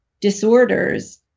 disorders